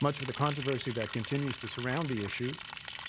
much of the controversy that continues to surround the issue